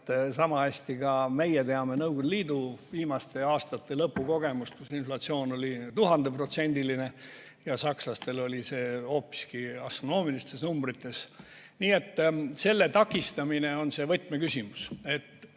et sama hästi ka meie teame Nõukogude Liidu viimaste aastate lõpukogemust, kui inflatsioon oli 1000%‑line. Ja sakslastel oli see hoopiski astronoomilistes numbrites. Nii et selle takistamine on võtmeküsimus, et